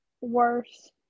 worse